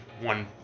one